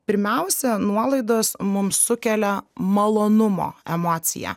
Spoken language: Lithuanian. pirmiausia nuolaidos mums sukelia malonumo emociją